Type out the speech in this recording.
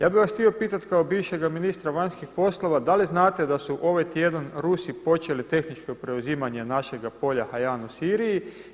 Ja bih vas htio pitati kao bivšega ministra vanjskih poslova da li znate da su ovaj tjedan Rusi počeli tehničko preuzimanja našega polja Hajan u Siriji.